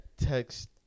text